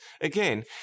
Again